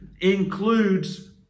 includes